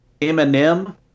Eminem